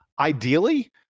Ideally